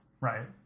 Right